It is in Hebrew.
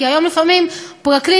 כי היום לפעמים פרקליט,